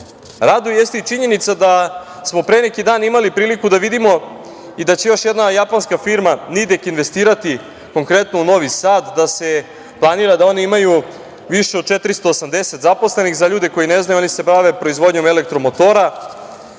raduje jeste i činjenica da smo pre neki dan imali priliku da vidimo i da će još jedna japanska firma „Nidek“ investirati, konkretno, u Novi Sad, da se planira da oni imaju više od 480 zaposlenih. Za ljude koji ne znaju, oni se bave proizvodnjom elektromotora,